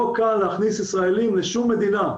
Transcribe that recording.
לא קל להכניס ישראלים לשום מדינה.